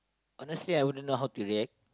honestly I wouldn't know how to react